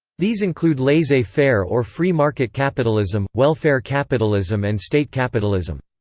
these include laissez-faire or free market capitalism, welfare capitalism and state capitalism.